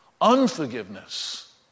Unforgiveness